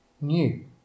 new